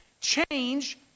change